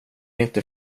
inte